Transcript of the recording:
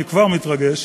אני כבר מתרגש.